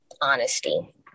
honesty